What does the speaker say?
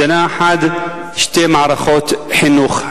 מדינה אחת, שתי מערכות חינוך.